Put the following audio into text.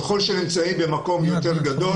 ככל שנמצאים במקום יותר גדול,